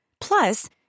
Plus